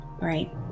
right